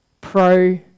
pro